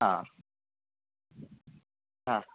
हा हा